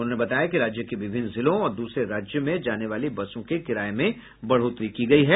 उन्होंने बताया कि राज्य के विभिन्न जिलों और दूसरे राज्य में जाने वाली बसों के किराये में बढ़ोतरी की गयी है